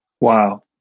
Wow